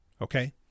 Okay